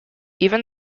even